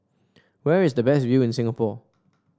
where is the best view in Singapore